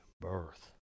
birth